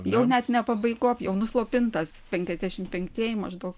jau net ne pabaigop jau nuslopintas penkiasdešimt penktieji maždaug